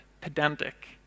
pedantic